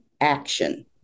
action